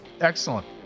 Excellent